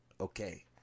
Okay